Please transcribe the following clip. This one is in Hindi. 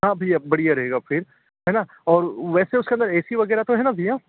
हाँ भइया बढ़िया रहेगा फिर है ना और वैसे उसके अंदर ऐसी वगैरह तो है ना भइया